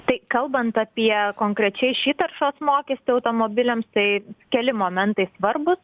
tai kalbant apie konkrečiai šį taršos mokestį automobiliams tai keli momentai svarbūs